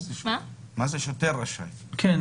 זה שוטר רשאי?